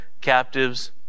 captives